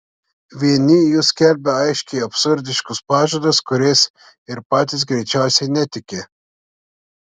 vieni jų skelbia aiškiai absurdiškus pažadus kuriais ir patys greičiausiai netiki